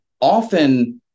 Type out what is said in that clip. often